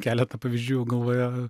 keletą pavyzdžių galvoje